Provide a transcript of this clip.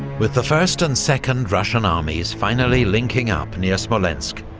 with the first and second russian armies finally linking up near smolensk,